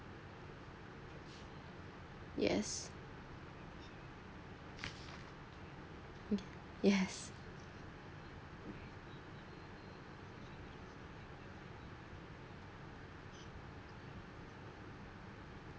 yes yes